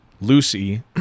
Lucy